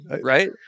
right